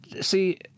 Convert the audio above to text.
see